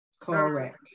correct